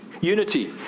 Unity